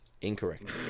Incorrect